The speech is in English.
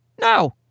No